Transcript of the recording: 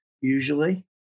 usually